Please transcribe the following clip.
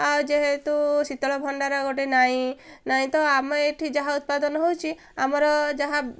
ଆଉ ଯେହେତୁ ଶୀତଳ ଭଣ୍ଡାର ଗୋଟେ ନାହିଁ ନାହିଁ ତ ଆମେ ଏଇଠି ଯାହା ଉତ୍ପାଦନ ହେଉଛି ଆମର ଯାହା